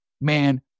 man